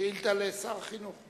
שאילתא לשר החינוך.